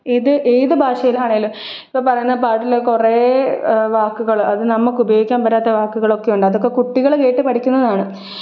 ഇത് ഏത് ഭാഷയിലാണേലും ഇപ്പോള് പറയുന്ന പാട്ടില് കുറേ വാക്കുകള് അത് നമ്മള്ക്കുപയോഗിക്കാന് പറ്റാത്ത വാക്കുകളൊക്കെയുണ്ട് അതൊക്കെ കുട്ടികള് കേട്ട് പഠിക്കുന്നതാണ്